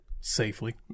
safely